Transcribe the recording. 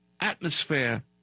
atmosphere